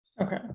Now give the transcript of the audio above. Okay